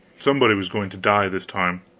somebody was going to die this time.